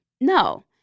No